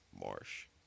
Marsh